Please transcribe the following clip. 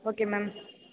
okay ma'am